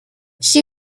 she